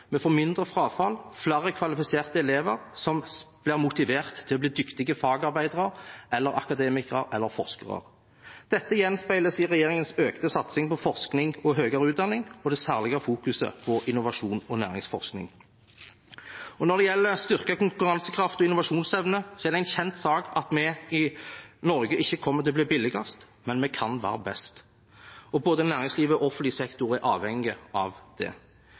Vi får mindre frafall og flere kvalifiserte elever som blir motivert til å bli dyktige fagarbeidere eller akademikere eller forskere. Dette gjenspeiles i regjeringens økte satsing på forskning og høyere utdanning og det særlige fokuset på innovasjon og næringsforskning. Når det gjelder styrket konkurransekraft og innovasjonsevne, er det en kjent sak at vi i Norge ikke kommer til å bli billigst, men vi kan være best. Både næringslivet og offentlig sektor er avhengig av det.